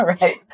Right